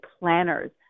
planners